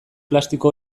plastiko